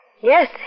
Yes